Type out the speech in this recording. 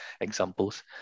examples